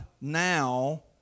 now